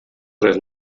tres